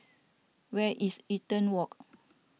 where is Eaton Walk